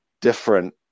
different